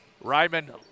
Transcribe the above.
Ryman